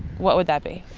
what would that be?